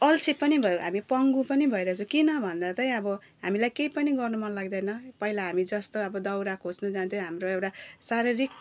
अल्छे पनि भयौँ हामी पङ्गु पनि भइरहेको छु किनभन्दा त अब हामीलाई केही पनि गर्नु मन लाग्दैन पहिला हामी जस्तो अब दौरा खोज्नु जान्थ्यो हाम्रो एउटा शारीरिक